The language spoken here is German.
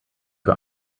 für